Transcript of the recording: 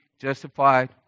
justified